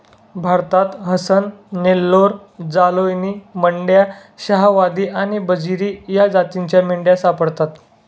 भारतात हसन, नेल्लोर, जालौनी, मंड्या, शाहवादी आणि बजीरी या जातींच्या मेंढ्या सापडतात